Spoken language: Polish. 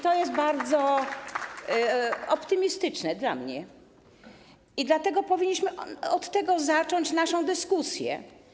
To jest bardzo optymistyczne dla mnie i od tego powinniśmy zacząć naszą dyskusję.